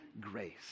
grace